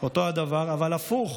אותו הדבר, אבל הפוך